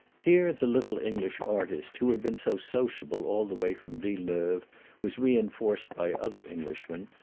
here the little english artist who had been so sociable all the way from villeneuve was reinforced by other englishmen,